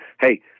Hey